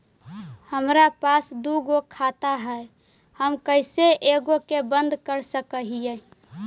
हमरा पास दु गो खाता हैं, हम कैसे एगो के बंद कर सक हिय?